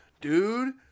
dude